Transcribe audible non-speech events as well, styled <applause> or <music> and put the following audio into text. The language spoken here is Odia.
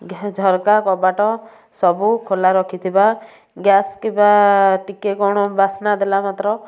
<unintelligible> ଝରକା କବାଟ ସବୁ ଖୋଲା ରଖିଥିବା ଗ୍ୟାସ୍ କିମ୍ବା ଟିକେ କ'ଣ ବାସ୍ନା ଦେଲା ମାତ୍ର